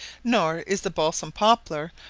nor is the balsam-poplar,